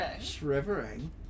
Shivering